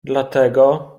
dlatego